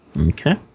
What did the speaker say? Okay